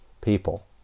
people